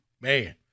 Man